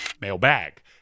mailbag